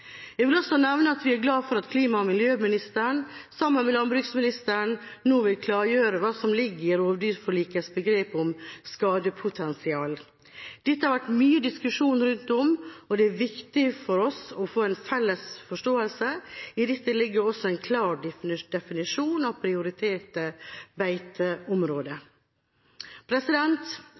Jeg vil også nevne at vi er glad for at klima- og miljøministeren, sammen med landbruksministeren, nå vil klargjøre hva som ligger i rovdyrforlikets begrep «skadepotensial». Dette har det vært mye diskusjon om, og det er viktig for oss å få en felles forståelse. I dette ligger det også en klar definisjon av prioriterte